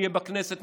נהיה בכנסת,